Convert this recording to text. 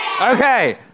Okay